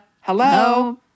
hello